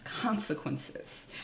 consequences